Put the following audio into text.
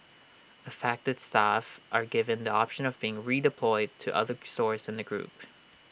affected staff are given the option of being redeployed to other stores in the group